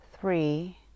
Three